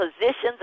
positions